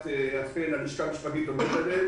שאכן הלשכה המשפטית עובדת על חוות הדעת.